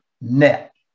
net